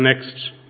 next